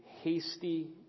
hasty